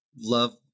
love